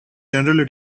generally